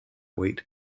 wheat